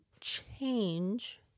change